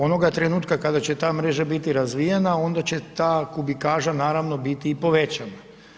Onoga trenutka kada će ta mreža biti razvijena onda će ta kubikaža naravno biti i povećana.